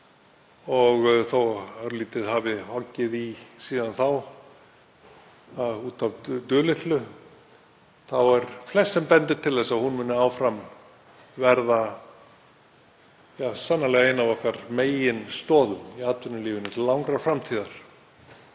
og þó að örlítið hafi hoggið í síðan þá út af dulitlu þá er flest sem bendir til þess að hún muni áfram verða sannarlega ein af okkar meginstoðum í atvinnulífinu til langrar framtíðar.